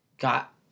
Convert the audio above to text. got